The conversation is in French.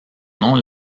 nom